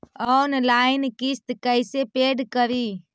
Online किस्त कैसे paid करि?